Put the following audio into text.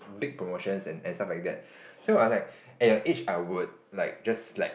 big promotions and and stuff like that so I was like at your age I would like just like